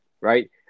Right